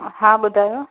हा ॿुधायो